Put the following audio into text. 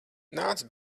nāc